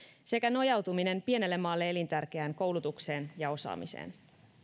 sekä nojautuminen pienelle maalle elintärkeään koulutukseen ja osaamiseen